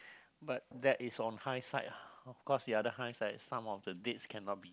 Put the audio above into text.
but that is on high side of course the other high side some of the beats cannot be